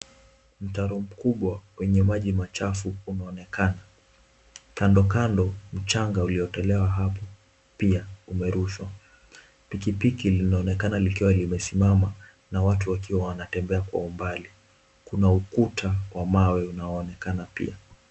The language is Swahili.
Mtaro mkubwa wenye maji machafu unaonekana. Kando kando mchanga uliotolewa hapo pia umerushwa. Pikipiki linaonekana likiwa limesimama na watu wakiwa wanatembea kwa umbali. Kuna ukuta wa mawe unaonekana pia.